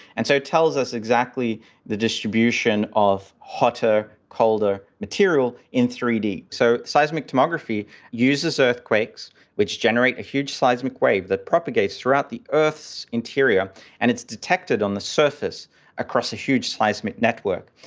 and so it tells us exactly the distribution of hotter, colder material in three d. so, seismic tomography uses earthquakes which generate a huge seismic wave that propagates throughout the earth's interior and it's detected on the surface across a huge seismic network,